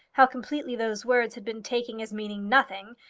how completely those words had been taken as meaning nothing,